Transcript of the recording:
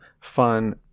fun